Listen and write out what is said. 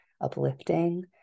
uplifting